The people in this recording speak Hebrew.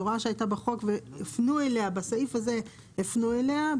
זו הוראה שהייתה בחוק ובסעיף הזה הפנו אליה.